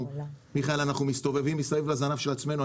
מיכאל, אנחנו מסתובבים מסביב לזנב של עצמנו.